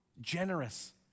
generous